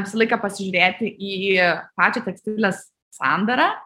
visą laiką pasižiūrėti į pačią tekstilės sandarą